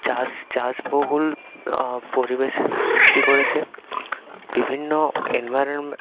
চাষ চাষ বহুল পরিবেশের সৃষ্টি করেছে বিভিন্ন এনভায়রনমে